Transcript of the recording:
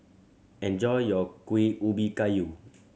enjoy your Kuih Ubi Kayu